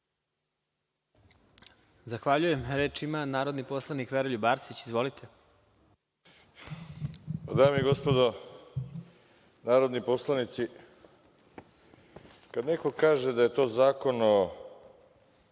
Zahvaljujem. Reč ima narodni poslanik Veroljub Arsić. Dame i gospodo narodni poslanici, kada neko kaže da je to Zakon o